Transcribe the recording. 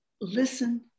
Listen